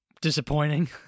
disappointing